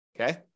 Okay